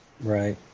Right